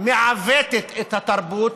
מעוותת את התרבות,